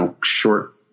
short